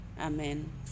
Amen